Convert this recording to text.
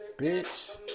Bitch